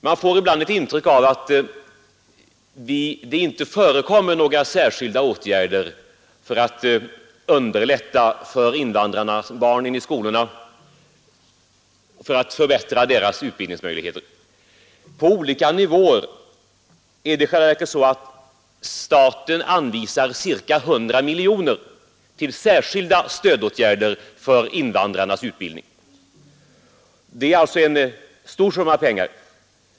Man får ibland ett intryck av att det inte vidtas några särskilda åtgärder för att förbättra utbildningsmöjligheterna för invandrarbarnen i skolorna. I själva verket anvisar staten ca 100 miljoner till särskilda stödåtgärder för invandrarnas utbildning på olika nivåer. Det är en stor summa pengar.